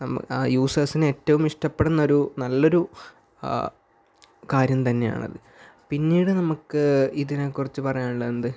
നമ്മൾ യൂസേഴ്സിന് ഏറ്റവും ഇഷ്ടപ്പെടുന്ന ഒരു നല്ല ഒരു കാര്യം തന്നെയാണത് പിന്നീട് നമുക്ക് ഇതിനെക്കുറിച്ച് പറയാനുള്ളത് എന്ത്